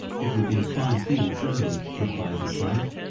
it would be a fine thing truly, replied the slave,